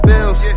Bills